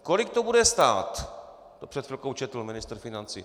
Kolik to bude stát, to před chvilkou četl ministr financí.